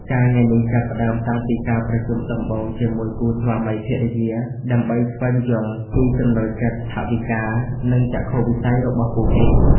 ការងារនេះចាប់ផ្តើមតាំងពីការប្រជុំដំបូងជាមួយគូស្វាមីភរិយា ដើម្បីស្វែងយល់ពីចំណូលចិត្ត ថវិកា និងចក្ខុវិស័យរបស់ពួកគេ។